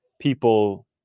people